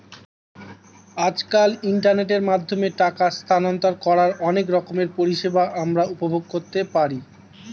আজকাল ইন্টারনেটের মাধ্যমে টাকা স্থানান্তর করার অনেক রকমের পরিষেবা আমরা উপভোগ করতে পারি